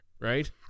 right